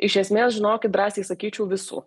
iš esmės žinokit drąsiai sakyčiau visų